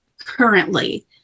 currently